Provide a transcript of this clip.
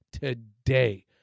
today